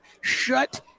shut